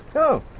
oh,